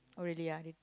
oh really ah